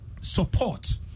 support